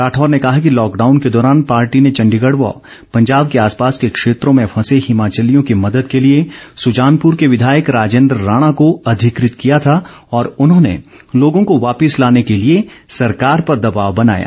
राठौर ने कहा कि लॉकडाउन के दौरान पार्टी ने चंडीगढ व पंजाब के आसपास के क्षेत्रों में फंसे हिमाचलियों की मदद के लिए सुजानपुर के विधायक राजेन्द्र राणा को अधिकृत किया था और उन्होंने लोगों को वापिस लाने के लिए सरकार पर दबाव बनाया